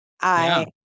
I-